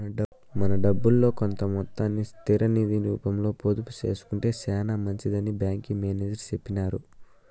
మన డబ్బుల్లో కొంత మొత్తాన్ని స్థిర నిది రూపంలో పొదుపు సేసుకొంటే సేనా మంచిదని బ్యాంకి మేనేజర్ సెప్పినారు